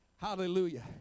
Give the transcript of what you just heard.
Hallelujah